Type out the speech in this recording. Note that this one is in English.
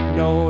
no